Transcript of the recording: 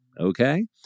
okay